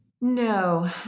No